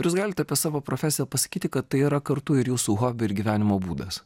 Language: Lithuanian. ar jūs galite apie savo profesiją pasakyti kad tai yra kartu ir jūsų hobi ir gyvenimo būdas